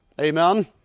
Amen